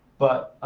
but